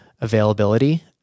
availability